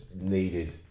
needed